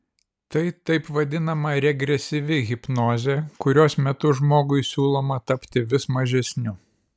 tai taip vadinama regresyvi hipnozė kurios metu žmogui siūloma tapti vis mažesniu